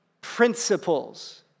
principles